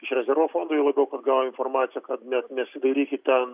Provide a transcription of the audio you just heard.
iš rezervo fondo juo labiau kur gauni informaciją kad net nesidairykit ten